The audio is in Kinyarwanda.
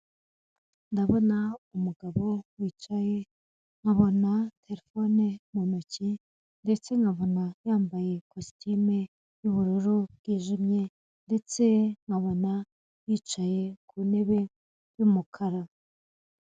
Ndabona umugabo wicaye, nkabona terefone mu ntoki, ndetse nkabona yambaye kositime y'ubururu bwijimye ndetse nkabona yicaye ku ntebe y'umukara.